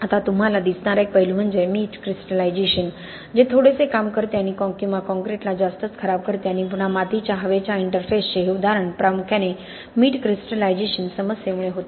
आता तुम्हाला दिसणारा एक पैलू म्हणजे मीठ क्रिस्टलायझेशन जे थोडेसे काम करते किंवा कॉंक्रिटला जास्तच खराब करते आणि पुन्हा मातीच्या हवेच्या इंटरफेसचे हे उदाहरण प्रामुख्याने मीठ क्रिस्टलायझेशन समस्येमुळे होते